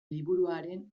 liburuaren